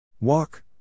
walk